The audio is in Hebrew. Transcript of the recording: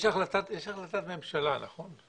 יש החלטת ממשלה, נכון?